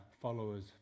followers